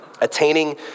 attaining